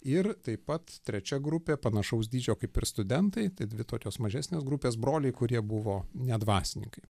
ir taip pat trečia grupė panašaus dydžio kaip ir studentai tai dvi tokios mažesnės grupės broliai kurie buvo ne dvasininkai